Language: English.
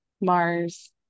mars